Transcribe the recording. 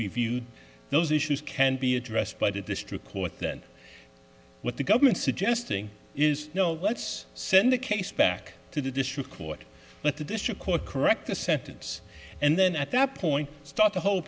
reviewed those issues can be addressed by the district court that what the government suggesting is no let's send the case back to the district court let the district court correct the sentence and then at that point start the whole